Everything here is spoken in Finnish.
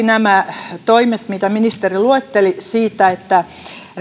nämä toimet mitä ministeri luetteli että